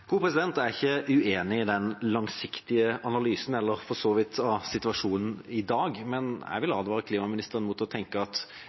Jeg er ikke uenig i den langsiktige analysen eller for så vidt analysen av situasjonen i dag, men jeg vil advare klimaministeren mot å tenke at